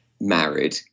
married